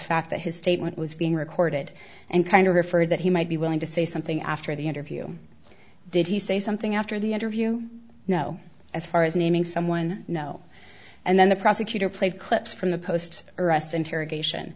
fact that his statement was being recorded and kind of referred that he might be willing to say something after the interview did he say something after the interview you know as far as naming someone no and then the prosecutor played clips from the post arrest interrogation